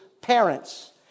parents